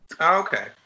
Okay